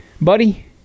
buddy